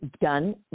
done